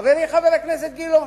חברי חבר הכנסת גילאון,